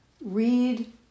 Read